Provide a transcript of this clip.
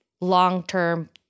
long-term